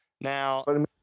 Now